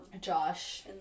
Josh